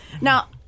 Now